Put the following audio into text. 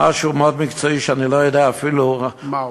משהו מאוד מקצועי שאני לא יודע אפילו, מהו?